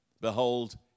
Behold